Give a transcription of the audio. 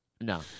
No